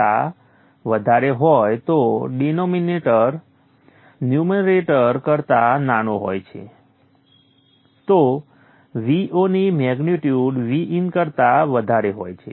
5 કરતા વધારે હોય તો ડિનોમિનેટર ન્યૂમરેટર કરતા નાનો હોય છે તો Vo ની મેગ્નિટ્યુડ Vin કરતા વધારે હોય છે